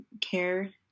care